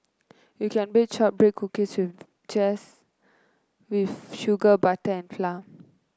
you can bake shortbread cookies just with sugar butter and flour